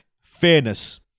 Fairness